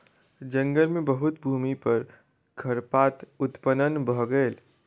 जंगल मे बहुत भूमि पर खरपात उत्पन्न भ गेल